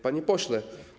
Panie Pośle!